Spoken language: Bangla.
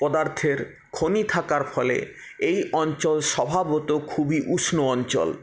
পদার্থের খনি থাকার ফলে এই অঞ্চল স্বভাবত খুবই উষ্ণ অঞ্চল